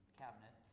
cabinet